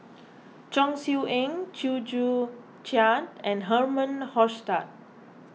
Chong Siew Ying Chew Joo Chiat and Herman Hochstadt